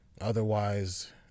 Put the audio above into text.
Otherwise